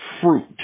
fruit